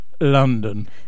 London